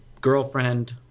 girlfriend